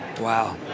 Wow